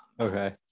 okay